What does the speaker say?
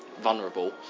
vulnerable